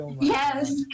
Yes